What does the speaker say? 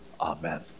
amen